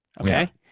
Okay